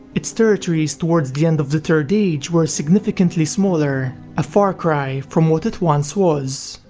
its territories towards the end of the third age were significantly smaller, a far cry from what it once was.